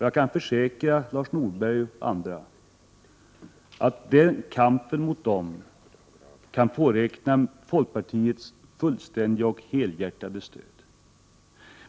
Jag kan försäkra Lars Norberg och andra att kampen mot sådana företeelser kan påräkna folkpartiets fullständiga och helhjärtade stöd.